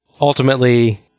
Ultimately